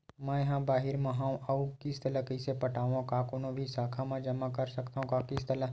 मैं हा बाहिर मा हाव आऊ किस्त ला कइसे पटावव, का कोनो भी शाखा मा जमा कर सकथव का किस्त ला?